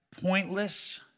pointless